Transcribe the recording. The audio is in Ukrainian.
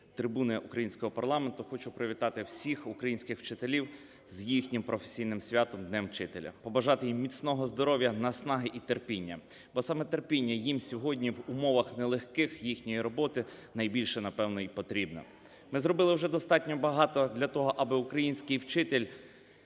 трибуни українського парламенту хочу привітати всіх українських вчителів з їхніх професійним святом – Днем учителя, побажати їм міцного здоров'я, наснаги і терпіння, бо саме терпіння їм сьогодні в умовах нелегких їхньої роботи найбільше, напевно, і потрібне. Ми зробили вже достатньо багато для того, аби український вчитель